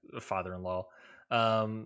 father-in-law